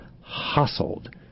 hustled